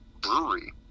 brewery